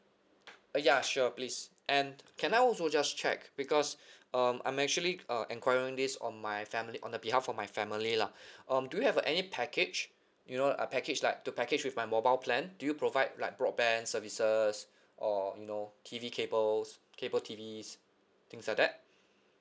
uh ya sure please and can I also just check because um I'm actually uh enquiring this on my family on the behalf of my family lah um do you have any package you know a package like the package with my mobile plan do you provide like broadband services or you know T_V cables cable T_Vs things like that